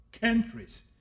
countries